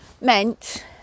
meant